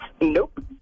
Nope